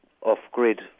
off-grid